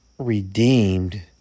redeemed